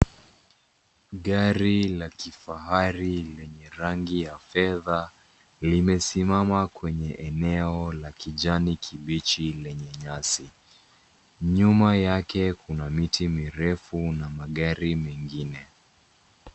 Gari la kifahari lenye rangi ya fedha limesimama kwenye eneo la kijani kibichi lenye nyasi, nyuma yake kuna miti mirefu na magari mengine.